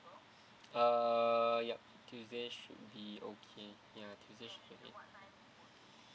uh yup tuesday should be okay ya tuesday should be okay